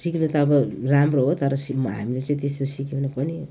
सिक्नु त अब राम्रो हो तर सिक हामीले चाहिँ त्यस्तो सिकेनौँ पनि